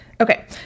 Okay